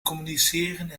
communiceren